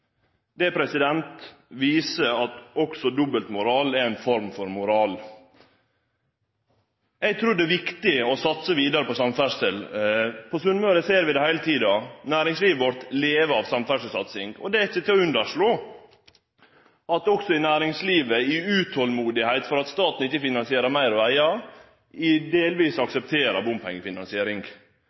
Det viser at også dobbeltmoral er ei form for moral. Eg trur det er viktig å satse vidare på samferdsel. På Sunnmøre ser vi det heile tida. Næringslivet vårt lever av samferdselssatsing, og det er ikkje til å underslå at også næringslivet i utolmod over at staten ikkje finansierer meir veg, delvis aksepterer bompengefinansiering.